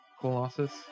Colossus